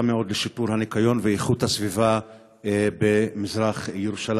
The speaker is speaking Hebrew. מאוד לשיפור הניקיון ואיכות הסביבה במזרח ירושלים.